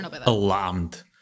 alarmed